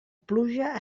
pluja